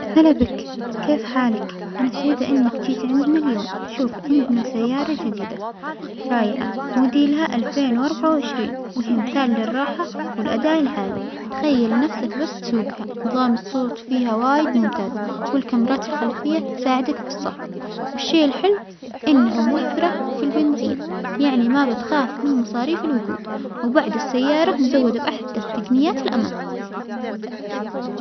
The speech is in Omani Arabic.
هلا بك كيف حالك؟ أنا سعيدة أنك تيجى عندنا اليوم، شوف عندنا سيارة جديدة رائعة موديلها الفين وأربعة وعشرين وهى مثال للراحة والأداء العالي، تخيل نفسك بس تسوجها، نظام الصوت فيها وايد ممتاز، والكاميرات الخلفية تساعدك في الصف، والشيء الحلو أنها موفرة في البنزين يعني ما بتخاف من مصاريف الوجود، وبعد السيارة مزودة بأحدث تجنيات الأمان.